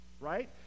right